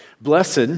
Blessed